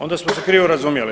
Onda smo se krivo razumjeli.